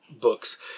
books